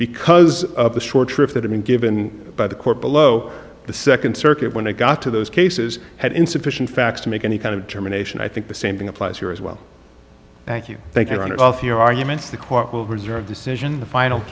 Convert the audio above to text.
because of the short trips that have been given by the court below the second circuit when it got to those cases had insufficient facts to make any kind of determination i think the same thing applies here as well thank you thank you on and off your arguments the court will reserve decision the final